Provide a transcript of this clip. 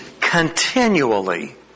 continually